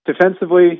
Defensively